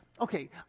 okay